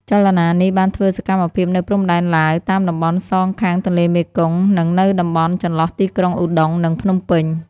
ចលនានេះបានធ្វើសកម្មភាពនៅព្រំដែនឡាវ តាមតំបន់សងខាងទន្លេមេគង្គ និងនៅតំបន់ចន្លោះទីក្រុងឧដុង្គ និងភ្នំពេញ។